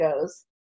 goes